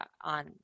on